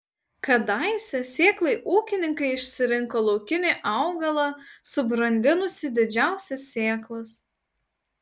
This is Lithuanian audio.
kadaise sėklai ūkininkai išsirinko laukinį augalą subrandinusį didžiausias sėklas